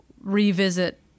revisit